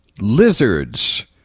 lizards